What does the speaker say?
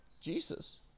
Jesus